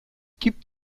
gibt